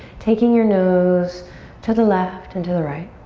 taking your nose to the left and to the right.